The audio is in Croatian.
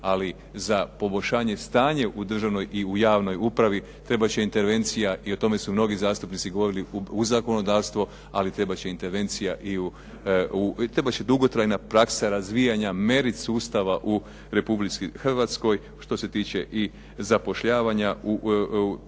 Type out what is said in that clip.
ali za poboljšanje stanja u državnoj i u javnoj upravi trebati će intervencija i o tome su mnogi zastupnici govorili u zakonodavstvo ali trebati će intervencija i u, trebati će dugotrajna praksa razvijanja merid sustava u Republici Hrvatskoj što se tiče i zapošljavanja u prijem